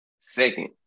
Second